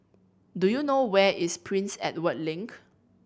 do you know where is Prince Edward Link